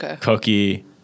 Cookie